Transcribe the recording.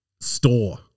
store